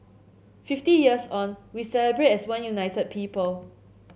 fifty years on we celebrate as one united people